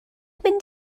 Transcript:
mynd